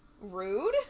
rude